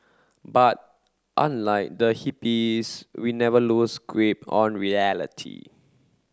but unlike the hippies we never lose grip on reality